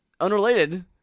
Unrelated